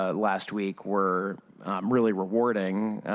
ah last week, were really rewarding,